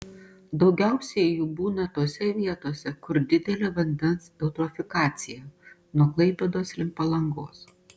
daugiausiai jų būna tose vietose kur didelė vandens eutrofikacija nuo klaipėdos link palangos